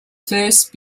first